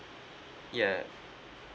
ya